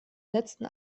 letzten